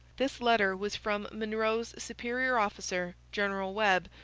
this letter was from monro's superior officer, general webb,